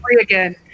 again